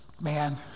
man